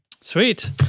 Sweet